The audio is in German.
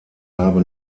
habe